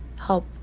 help